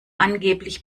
angeblich